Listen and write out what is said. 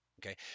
Okay